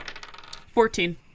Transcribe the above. Fourteen